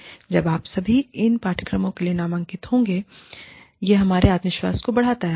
और जब आप सभी इन पाठ्यक्रमों के लिए नामांकित होते हैं यह हमारे आत्मविश्वास को बढ़ाता है